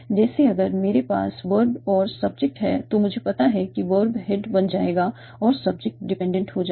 जैसे अगर मेरे पास वर्ब और सब्जेक्ट है तो मुझे पता है कि वर्ब हेड बन जाएगा और सब्जेक्ट डिपेंडेंट हो जाएगा